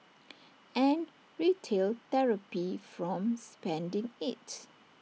and retail therapy from spending IT